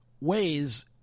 ways